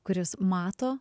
kuris mato